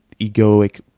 egoic